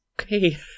okay